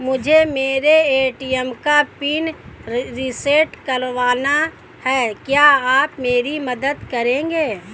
मुझे मेरे ए.टी.एम का पिन रीसेट कराना है क्या आप मेरी मदद करेंगे?